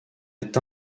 est